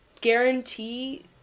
guarantee